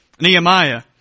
Nehemiah